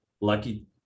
lucky